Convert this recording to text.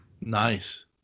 Nice